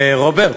רוברט,